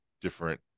different